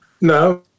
No